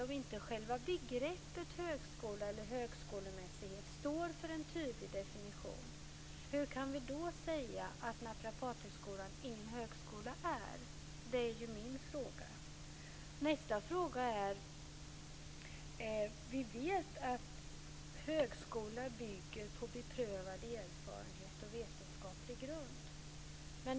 Om inte själva begreppen "högskola" eller "högskolemässighet" står för en tydlig definition, hur kan vi då säga att Naprapathögskolan ingen högskola är? Det är min fråga. Nästa fråga handlar om att vi vet att detta med högskola bygger på beprövad erfarenhet och vetenskaplig grund.